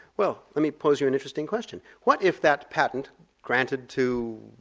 well let me pose you an interesting question. what if that patent granted to